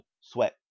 sweat